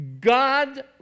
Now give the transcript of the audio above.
God